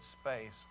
space